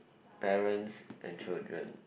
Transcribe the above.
parents and children